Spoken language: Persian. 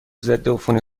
ضدعفونی